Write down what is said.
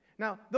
Now